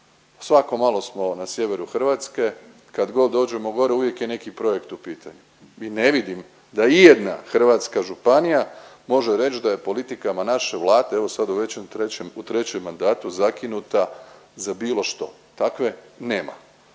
Svako malo smo na sjeveru Hrvatske, kad god dođemo gore, uvijek je neki projekt u pitanju i ne vidim da ijedna hrvatska županija može reći da je politikama naše Vlade, evo, sad u već u trećem, u trećem mandatu zakinuta za bilo što. Takve nema.